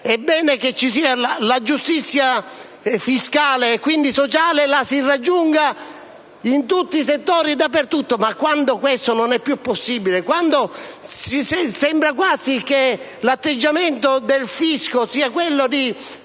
è bene che ci sia la giustizia fiscale e quindi sociale, e che la si raggiunga in tutti i settori; tuttavia, quando questo non è più possibile, quando sembra quasi che l'atteggiamento del fisco sia quello di